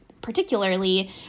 particularly